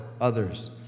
others